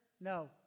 No